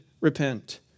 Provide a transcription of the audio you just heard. repent